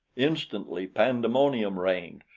instantly pandemonium reigned.